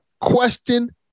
Question